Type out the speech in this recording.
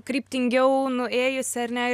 kryptingiau nuėjusi ar ne